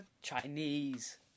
Chinese